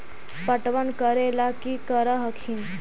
पटबन करे ला की कर हखिन?